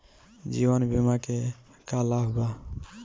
जीवन बीमा के का लाभ बा?